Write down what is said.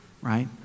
right